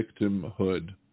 victimhood